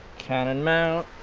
canon mount,